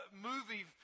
movie